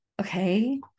Okay